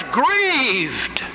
grieved